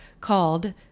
called